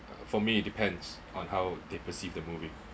for me it depends on how they perceive the movie